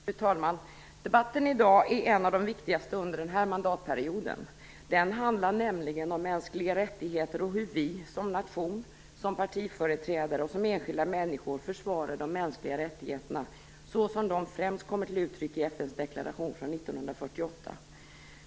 Fru talman! Debatten i dag är en av de viktigaste under mandatperioden. Den handlar nämligen om mänskliga rättigheter och hur vi som nation, som partiföreträdare och som enskilda människor försvarar de mänskliga rättigheterna, så som de främst kommer till uttryck i FN:s deklaration från 1948.